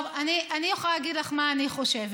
טוב, אני יכולה להגיד לך מה אני חושבת.